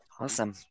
awesome